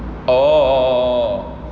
orh orh orh